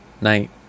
night